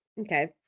Okay